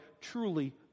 truly